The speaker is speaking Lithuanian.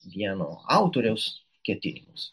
vieno autoriaus ketinimus